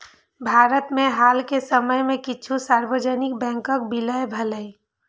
भारत मे हाल के समय मे किछु सार्वजनिक बैंकक विलय भेलैए